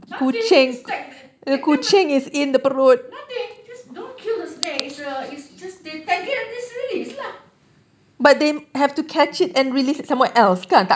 nothing just tag and take them nothing just don't kill the snake it's a it's just tag it and then just release lah